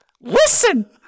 Listen